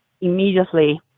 immediately